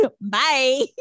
Bye